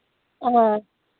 اَ